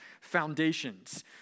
foundations